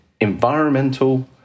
environmental